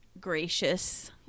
gracious